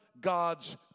God's